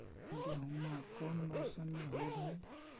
गेहूमा कौन मौसम में होब है?